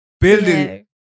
building